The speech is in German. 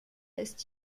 ist